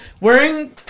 wearing